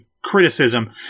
Criticism